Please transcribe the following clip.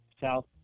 South